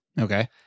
Okay